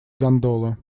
гондола